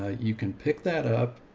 ah you can pick that up.